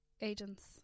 agents